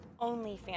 OnlyFans